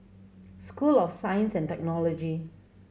School of Science and Technology